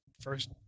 first